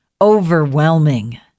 overwhelming